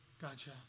Gotcha